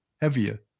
heavier